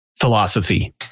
Philosophy